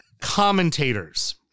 commentators